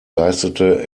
leistete